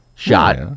Shot